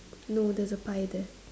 no there's a pie there